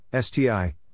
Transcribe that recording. STI